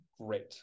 great